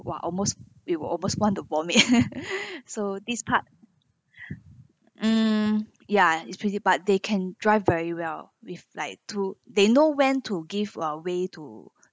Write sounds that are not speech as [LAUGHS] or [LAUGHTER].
!wah! almost we were almost want to vomit [LAUGHS] so this part mm ya it's pretty but they can drive very well with like two they know when to give our way to